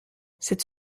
cette